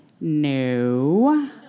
no